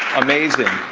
amazing,